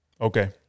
Okay